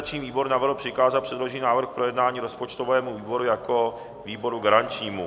Organizační výbor navrhl přikázat předložený návrh k projednání rozpočtovému výboru jako výboru garančnímu.